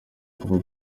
kuba